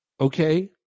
Okay